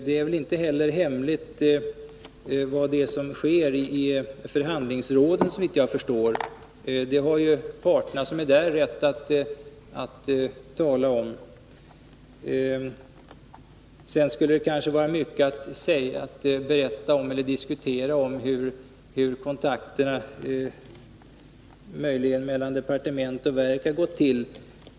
Såvitt jag förstår är inte heller det som sker i förhandlingsrådet hemligt, utan parterna har rätt att tala om vad som där förekommer, Det skulle vidare kanske vara mycket att säga om hur kontakterna mellan departement och verk har varit utformade.